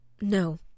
No